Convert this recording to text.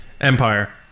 empire